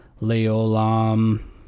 Leolam